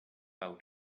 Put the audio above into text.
out